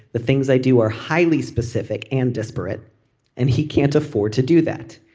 the things i do are highly specific and desperate and he can't afford to do that.